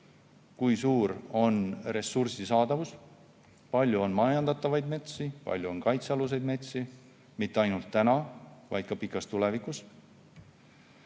[milline] on ressursi saadavus, kui palju on majandatavaid metsi, kui palju on kaitsealuseid metsi ja mitte ainult täna, vaid ka pikas tulevikus.